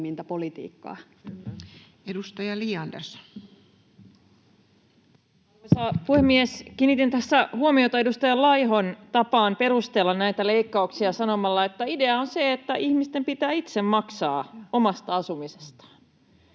16:07 Content: Arvoisa puhemies! Kiinnitin tässä huomiota edustaja Laihon tapaan perustella näitä leikkauksia sanomalla, että idea on se, että ihmisten pitää itse maksaa omasta asumisestaan.